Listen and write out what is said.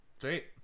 great